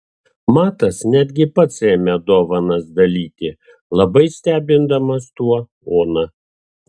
matas netgi pats ėmė dovanas dalyti labai stebindamas tuo oną